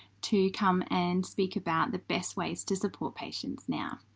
to come and speak about the best ways to support patients now,